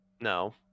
no